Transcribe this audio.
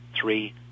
three